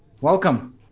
welcome